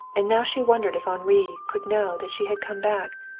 and now she wondered if henri could know that she had come back,